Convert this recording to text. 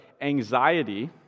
anxiety